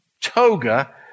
toga